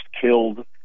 killed